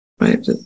Right